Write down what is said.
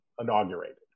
inaugurated